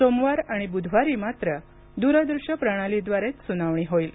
सोमवार आणि बुधवारी मात्र दूरदृश्य प्रणालीद्वारेच सुनावणी होईल